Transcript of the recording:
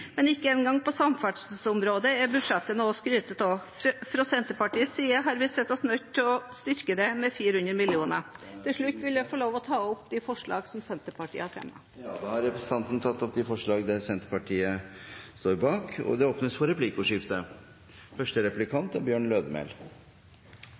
men ikke engang på samferdselsområdet er budsjettet noe å skryte av. Fra Senterpartiets side har vi sett oss nødt til å styrke det med 400 mill. kr. Til slutt vil jeg få ta opp de forslagene som Senterpartiet har sammen med SV. Da har representanten Heidi Greni tatt opp de forslagene hun refererte til. Det blir replikkordskifte. Representanten Greni kritiserte regjeringa for det nye inntektssystemet for fylkeskommunane, og